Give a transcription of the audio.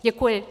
Děkuji.